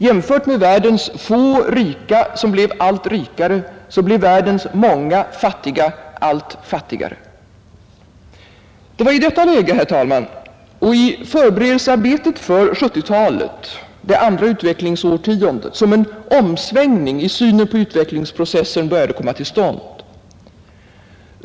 Jämfört med världens få rika som blev allt rikare blev världens många fattiga allt fattigare. Det var i detta läge, herr talman, och i förberedelsearbetet för 1970-talet, det andra utvecklingsårtiondet, som en omsvängning i synen på utvecklingsprocessen började komma till stånd.